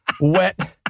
wet